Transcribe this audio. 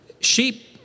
Sheep